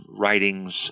writings